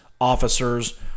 officers